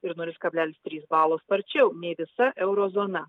ir nulis kablelis trys balo sparčiau nei visa euro zona